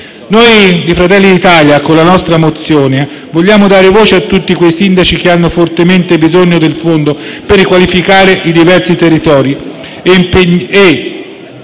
Noi di Fratelli d'Italia, con la nostra mozione, vogliamo dare voce a tutti quei sindaci che hanno fortemente bisogno del fondo per riqualificare i diversi territori